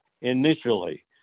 initially